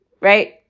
right